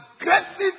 Aggressive